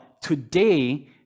today